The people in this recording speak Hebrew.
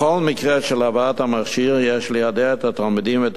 בכל מקרה של הבאת המכשיר יש ליידע את התלמידים ואת